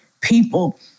people